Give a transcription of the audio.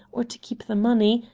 or to keep the money,